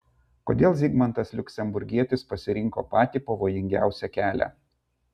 kodėl zigmantas liuksemburgietis pasirinko patį pavojingiausią kelią